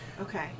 Okay